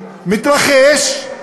מתרחש,